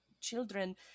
children